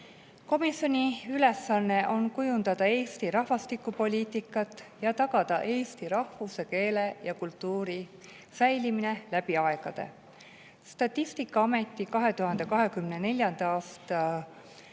Komisjoni ülesanne on kujundada Eesti rahvastikupoliitikat ja tagada eesti rahvuse, keele ja kultuuri säilimine läbi aegade. Statistikaameti 2024. aasta